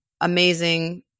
amazing